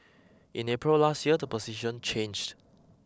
in April last year the position changed